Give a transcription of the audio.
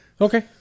Okay